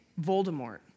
Voldemort